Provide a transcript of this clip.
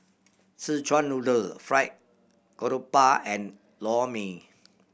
Szechuan Noodle Fried Garoupa and Lor Mee